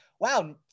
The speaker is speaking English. Wow